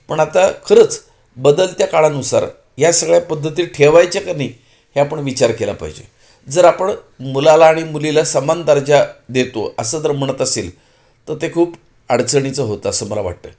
पण आता खरंच बदलत्या काळानुसार ह्या सगळ्या पद्धती ठेवायच्या का नाही हे आपण विचार केला पाहिजे जर आपण मुलाला आणि मुलीला समान दर्जा देतो असं जर म्हणत असेल तर ते खूप अडचणीचं होतं असं मला वाटतं